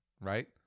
right